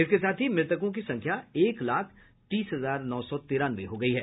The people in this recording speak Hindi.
इसके साथ ही मृतकों की संख्या एक लाख तीस हजार नौ से तिरानवे हो गई है